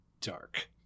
dark